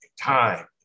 time